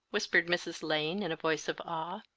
whispered mrs. lane, in a voice of awe.